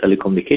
telecommunication